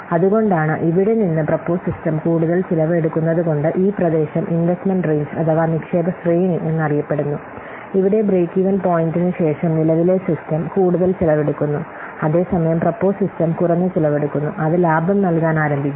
അതുകൊണ്ടാണ് ഇവിടെ നിന്ന് പ്രൊപ്പോസ് സിസ്റ്റം കൂടുതൽ ചിലവ് എടുക്കുന്നതുകൊണ്ട് ഈ പ്രദേശം ഇൻവെസ്റ്റ്മെൻറ് റേഞ്ച് അഥവാ നിക്ഷേപ ശ്രേണി എന്നറിയപ്പെടുന്നു ഇവിടെ ബ്രേക്ക് ഈവൻ പോയിന്റിന് ശേഷം നിലവിലെ സിസ്റ്റം കൂടുതൽ ചെലവ് എടുക്കുന്നു അതേസമയം പ്രൊപ്പോസ് സിസ്റ്റം കുറഞ്ഞ ചിലവ് എടുക്കുന്നു അത് ലാഭം നൽകാൻ ആരംഭിക്കുന്നു